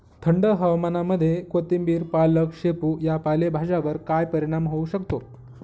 थंड हवामानामध्ये कोथिंबिर, पालक, शेपू या पालेभाज्यांवर काय परिणाम होऊ शकतो?